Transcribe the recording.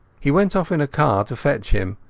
he went off in a car to fetch him,